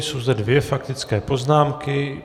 Jsou zde dvě faktické poznámky.